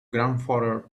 grandfather